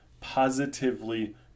positively